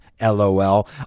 lol